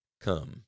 Come